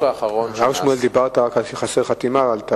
בהר-שמואל אמרת שחסרה חתימה על תב"ע.